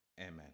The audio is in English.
Amen